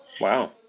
Wow